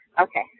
Okay